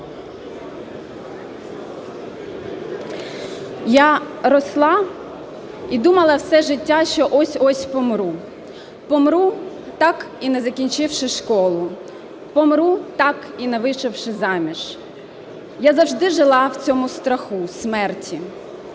"Я росла і думала все життя, що ось-ось помру, помру, так і не закінчивши школу, помру, так і не вийшовши заміж. Я завжди жила в цьому страху смерті",